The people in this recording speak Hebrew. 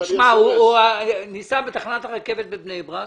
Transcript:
הוא מנסףה לסדר מעלית בתחנת הרכבת בבני ברק.